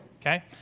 okay